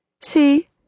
See